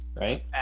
right